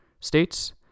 states